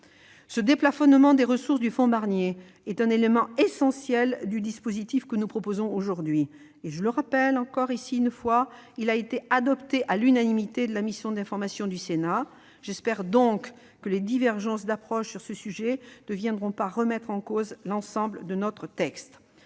Ce déplafonnement des ressources du fonds Barnier est un élément essentiel du dispositif que nous proposons aujourd'hui- je rappelle de nouveau que le rapport a été adopté à l'unanimité par les membres de la mission d'information du Sénat. J'espère donc que les divergences d'approches sur ce sujet ne remettront pas en cause l'ensemble de notre texte.